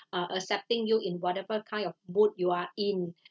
uh accepting you in whatever kind of mood you are in